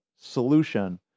solution